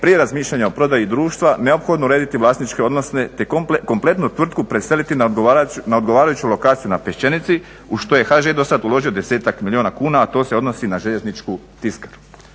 prije razmišljanja o prodaji društva neophodno urediti vlasničke odnose te kompletnu tvrtku preseliti na odgovarajuću lokaciju na Pešćenici u što je HŽ do sada uložio 10-ak milijuna kuna a to se odnosi na željezničku tiskaru.